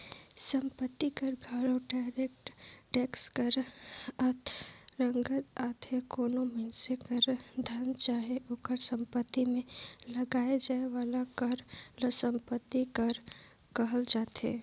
संपत्ति कर घलो डायरेक्ट टेक्स कर अंतरगत आथे कोनो मइनसे कर धन चाहे ओकर सम्पति में लगाए जाए वाला कर ल सम्पति कर कहल जाथे